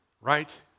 right